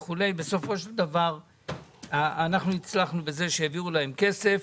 אבל בסופו של דבר הצלחנו להעביר להם כסף.